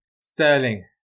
Sterling